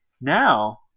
now